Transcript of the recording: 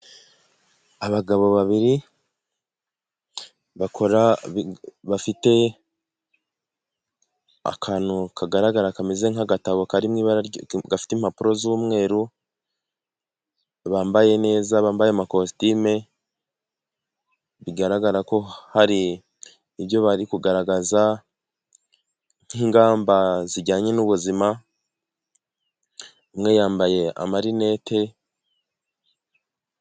Abagabo babiri bafite akantu kagaragara kameze nk'agatabo gafite impapuro z'umweru bambaye neza, bambaye amakositimu bigaragara ko hari ibyo bari kugaragaza nk'ingamba zijyanye n'ubuzima ,umwe yambaye amarinete.